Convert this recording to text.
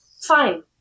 fine